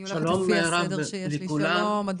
שלום רב לכולם.